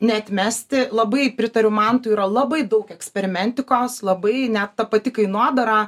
neatmesti labai pritariu mantui yra labai daug eksperimentiko labai net ta pati kainodara